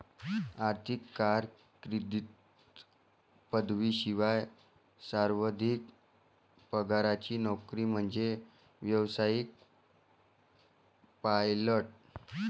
आर्थिक कारकीर्दीत पदवीशिवाय सर्वाधिक पगाराची नोकरी म्हणजे व्यावसायिक पायलट